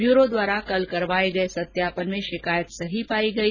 bureau द्वारा कल करवाए गए सत्यापन में शिकायत सही पाई गई